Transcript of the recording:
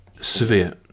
Severe